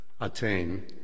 attain